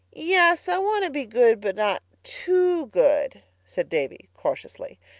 yes, i want to be good but not too good, said davy cautiously.